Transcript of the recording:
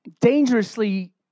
dangerously